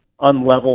unlevel